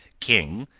king,